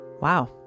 Wow